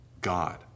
God